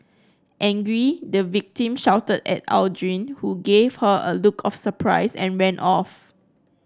angry the victim shouted at Aldrin who gave her a look of surprise and ran off